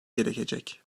gerekecek